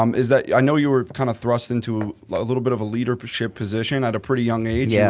um is that i know you were kind of thrust into like a little bit of a leadership position at a pretty young age. yeah